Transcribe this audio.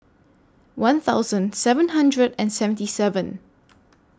one thousand seven hundred and seventy seven